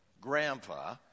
grandpa